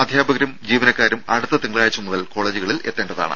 അധ്യാപകരും ജീവനക്കാരും അടുത്ത തിങ്കളാഴ്ച്ച മുതൽ കോളജുകൾ എത്തേണ്ടതാണ്